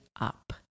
up